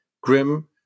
Grim